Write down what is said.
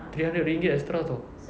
three hundred ringgit extra [tau]